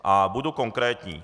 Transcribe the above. A budu konkrétní.